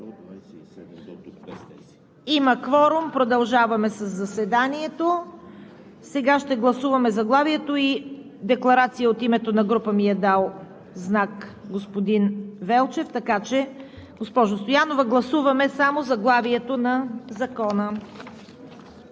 Има кворум – продължаваме със заседанието. Сега ще гласуваме заглавието и декларация от името на група ми е дал знак господин Велчев, така че, госпожо Стоянова, гласуваме само заглавието на Закона.